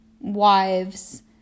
wives